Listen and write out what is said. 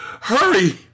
Hurry